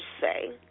say